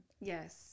Yes